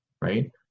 right